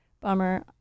Bummer